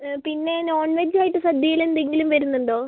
പിന്നെ നോൺവെജായിട്ട് സദ്യയില് എന്തെങ്കിലും വരുന്നുണ്ടോ